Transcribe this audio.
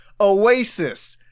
Oasis